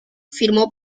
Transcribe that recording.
firmó